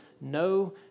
no